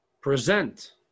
present